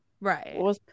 Right